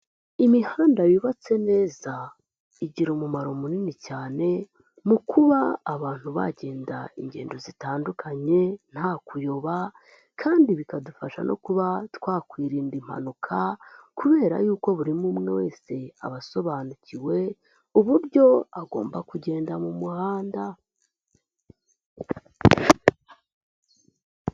Imihanda yubatse neza igira umumaro munini cyane, mu kuba abantu bagenda ingendo zitandukanye nta kuyoba, kandi bikadufasha no kuba twakwirinda impanuka kubera yuko buri umwe umwe wese aba asobanukiwe uburyo agomba kugenda mu muhanda.